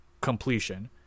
completion